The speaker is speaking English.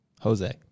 Jose